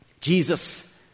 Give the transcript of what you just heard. Jesus